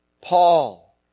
Paul